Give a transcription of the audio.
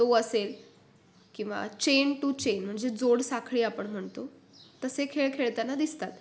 तो असेल किंवा चेन टू चेन म्हणजे जोड साखळी आपण म्हणतो तसे खेळ खेळताना दिसतात